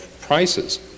prices